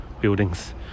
buildings